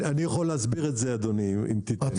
אני יכול להסביר את זה אדוני אם תרצה.